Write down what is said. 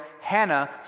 Hannah